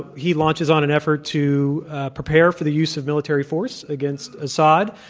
he launches on an effort to prepare for the use of military force against assad.